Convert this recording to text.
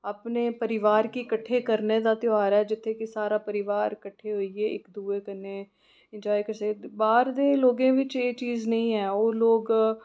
अपने परिवार गी कट्ठे करने दा त्यौहार ऐ जित्थै कि सारा परिवार कट्ठे होइयै इक दूए कन्ने इंजाय करदे बाह्र दे लोकें च एह् चीज नेईं ऐ ओह् लोक